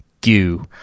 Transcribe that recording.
goo